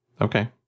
Okay